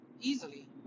Easily